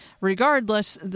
regardless